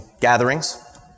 gatherings